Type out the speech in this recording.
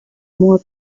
more